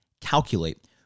Calculate